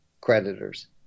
creditors